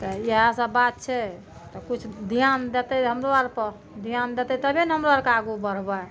तऽ इहए सब बात छै तऽ किछु धियान देतै हमरो आरपर धियान देतै तबहे ने हमरो आरके आगू बढ़बै